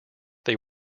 they